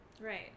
right